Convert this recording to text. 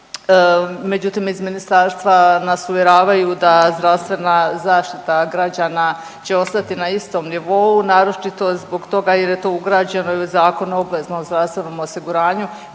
međutim iz ministarstva nas uvjeravaju da zdravstvena zaštita građana će ostati na istom nivou naročito zbog toga jer je to ugrađeno i u Zakon o obveznom zdravstvenom osiguranju